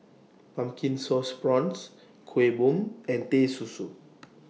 Pumpkin Sauce Prawns Kuih Bom and Teh Susu